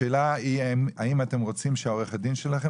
השאלה האם אתם רוצים שעורכת הדין שלכם